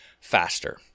faster